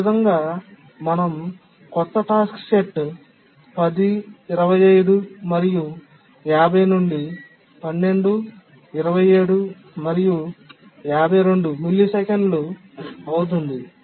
ఈ విధంగా మన కొత్త టాస్క్ సెట్ 10 25 మరియు 50 నుండి 12 27 మరియు 52 మిల్లీసెకన్లు అవుతుంది